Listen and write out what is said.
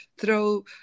throw